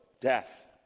Death